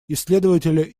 исследователи